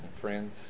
friends